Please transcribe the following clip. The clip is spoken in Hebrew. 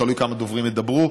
תלוי כמה דוברים ידברו,